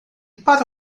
para